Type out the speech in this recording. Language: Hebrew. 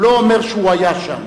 הוא לא אומר שהוא היה שם,